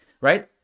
right